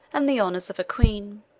and the honors of a queen